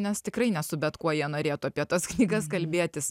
nes tikrai ne su bet kuo jie norėtų apie tas knygas kalbėtis